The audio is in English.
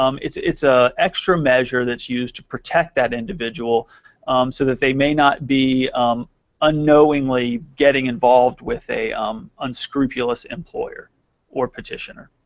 um it's it's ah extra measure that's used to protect that individual so that they may not be unknowingly getting involved with an um unscrupulous employer or petitioner.